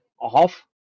off